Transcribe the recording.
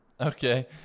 Okay